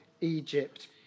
Egypt